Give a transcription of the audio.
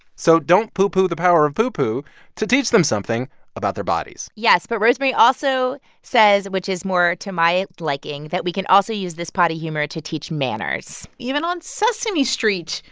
so don't poo-poo the power of poo-poo to teach them something about their bodies yes, but rosemarie also says which is more to my liking that we can also use this potty humor to teach manners even on sesame street,